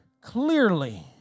clearly